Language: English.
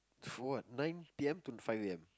for what nine P_M to five A_M